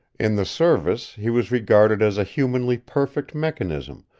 in the service he was regarded as a humanly perfect mechanism,